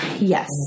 Yes